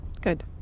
Good